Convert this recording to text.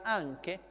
anche